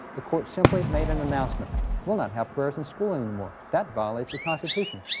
the court simply made an announcement we'll not have prayers in school anymore that violates the constitution.